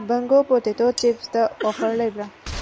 Bingo potato ꯆꯤꯞꯁꯇ offer ꯂꯩꯕ꯭ꯔꯥ